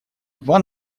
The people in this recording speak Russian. два